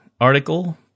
article